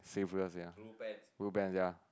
sleeveless ya blue pants ya